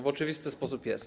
W oczywisty sposób jest.